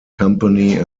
company